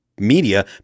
media